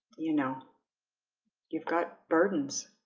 you know you've got burdens